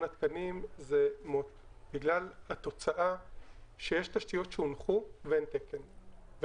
התקנים זה בגלל התוצאה שיש תשתיות שהונחו ואין תקן.